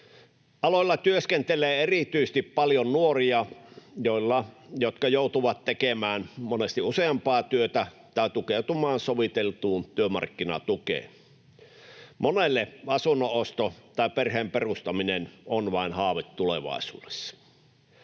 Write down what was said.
Aloilla työskentelee erityisesti paljon nuoria, jotka joutuvat tekemään monesti useampaa työtä tai tukeutumaan soviteltuun työmarkkinatukeen. Monelle asunnon osto tai perheen perustaminen on vain haave tulevaisuudessa.